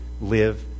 live